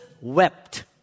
wept